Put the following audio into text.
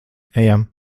ejam